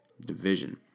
Division